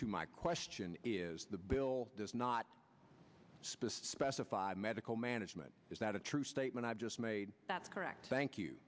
to my question is the bill does not specific justify medical management is that a true statement i've just made that's correct thank you